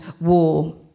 war